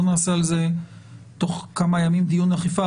לא נעשה על זה תוך כמה ימים דיון אכיפה,